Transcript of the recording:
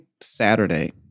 Saturday